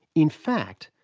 in fact,